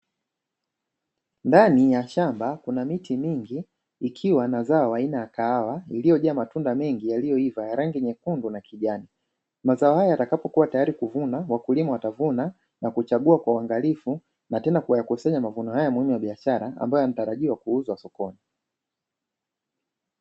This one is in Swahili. Ndani ya shamba kuna miti mingi ikiwa na zao aina ya kahawa iliyojaa matunda mengi yaliyoiva ya rangi nyekundu na kijani. Mazao haya yatakapokuwa tayari kuvunwa, wakulima watavuna na kuchagua kwa uangalifu na tena kuyakusanya mavuno haya muhimu ya biashara ambayo yanatarajiwa kuuzwa sokoni.